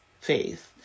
faith